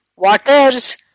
waters